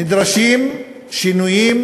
נדרשים שינויים,